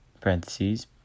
parentheses